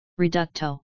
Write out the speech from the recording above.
Reducto